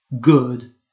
good